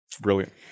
Brilliant